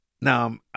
Now